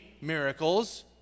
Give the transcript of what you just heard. miracles